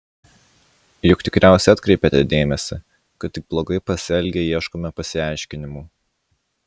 juk tikriausiai atkreipėte dėmesį kad tik blogai pasielgę ieškome pasiaiškinimų